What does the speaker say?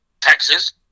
Texas